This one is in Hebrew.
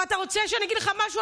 ואתה רוצה שאני אגיד לך משהו?